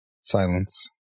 silence